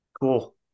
Cool